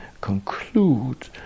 conclude